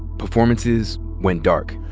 performances went dark.